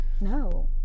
No